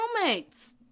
roommates